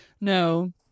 No